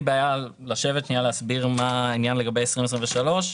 בעיה לשבת שנייה להסביר מה העניין לגבי 2023,